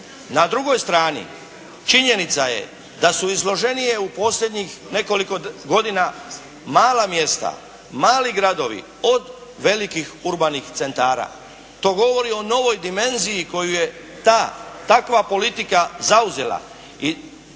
Na drugoj strani činjenica je da su izloženije u posljednjih nekoliko godina mala mjesta, mali gradovi od velikih urbanih centara. To govori o novoj dimenziji koju je ta, takva politika zauzela.